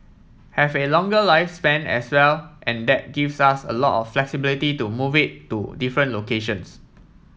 have a longer lifespan as well and that gives us a lot of flexibility to move it to different locations